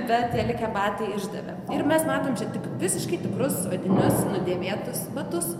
bet tie likę batai išdavė ir mes matom čia tik visiškai tikrus odinius nudėvėtus batus